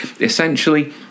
Essentially